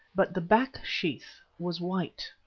but the back sheath was white,